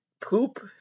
poop